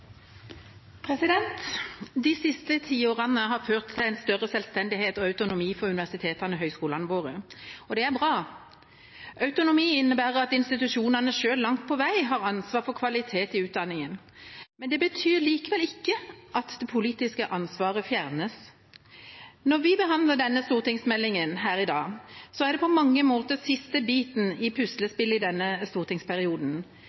De siste tiårene har det blitt en større selvstendighet og autonomi for universitetene og høyskolene våre, og det er bra. Autonomi innebærer at institusjonene selv langt på vei har ansvaret for kvalitet i utdanningen. Men det betyr likevel ikke at det politiske ansvaret fjernes. Når vi behandler denne stortingsmeldinga her i dag, er det på mange måter den siste biten i